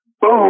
BOOM